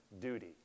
duty